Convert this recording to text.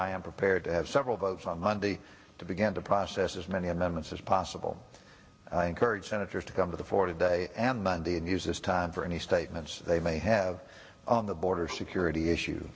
i am prepared to have several votes on monday to begin to process as many amendments as possible and i encourage senators to come to the fore today and monday and use this time for any statements they may have on the border security issue